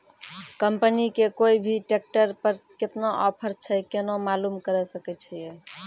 Company के कोय भी ट्रेक्टर पर केतना ऑफर छै केना मालूम करऽ सके छियै?